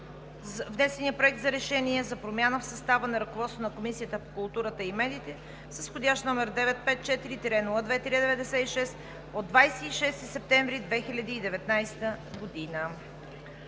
внесения Проект за решение за промяна в състава на ръководството на Комисията по културата и медиите, вх. № 954 02 96, от 26 септември 2019 г.“